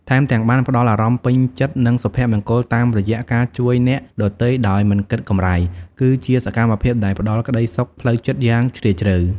ថែមទាំងបានផ្ដល់អារម្មណ៍ពេញចិត្ត និងសុភមង្គលតាមរយៈការជួយអ្នកដទៃដោយមិនគិតកម្រៃ គឺជាសកម្មភាពដែលផ្ដល់ក្ដីសុខផ្លូវចិត្តយ៉ាងជ្រាលជ្រៅ។